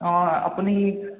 অঁ আপুনি